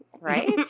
Right